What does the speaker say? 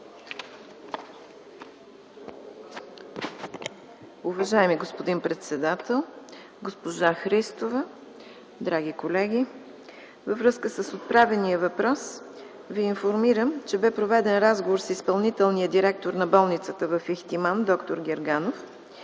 Уважаеми господин председател, уважаема госпожо Христова, драги колеги! Във връзка с отправения от въпрос, Ви информирам, че беше проведен разговор с изпълнителния директор на „МБАЛ – Ихтиман” ЕООД д-р Герганов.